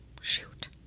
shoot